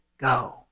go